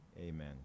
amen